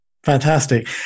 Fantastic